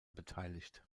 beteiligt